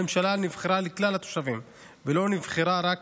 הממשלה נבחרה לכלל התושבים, לא נבחרה רק